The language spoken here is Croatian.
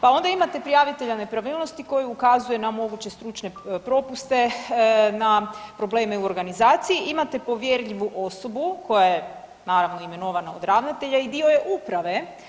Pa onda imate prijavitelja nepravilnosti koji ukazuje na moguće stručne propuste, na probleme u organizaciji, imate povjerljivu osobu koja je naravno imenovana od ravnatelja i dio je uprave.